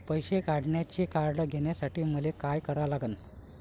पैसा काढ्याचं कार्ड घेण्यासाठी मले काय करा लागन?